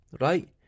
Right